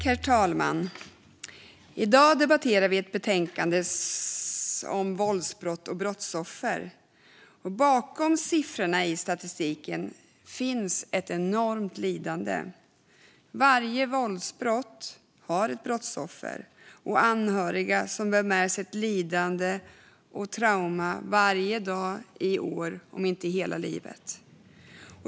Herr talman! I dag debatterar vi ett betänkande om våldsbrott och brottsoffer. Bakom siffrorna i statistiken finns ett enormt lidande. Varje våldsbrott har ett brottsoffer och anhöriga som bär med sig ett lidande och ett trauma varje dag, i flera år, om inte hela livet.